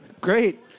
Great